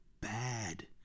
bad